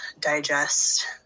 digest